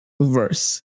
verse